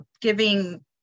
giving